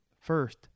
first